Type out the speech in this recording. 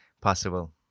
possible